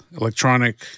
electronic